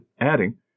adding